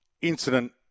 incident